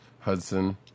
hudson